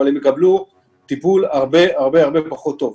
אבל הם יקבלו טיפול הרבה פחות טוב.